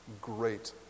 great